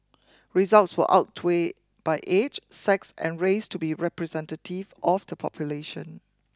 results were outweighed by age sex and race to be representative of the population